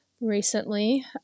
recently